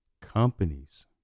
Companies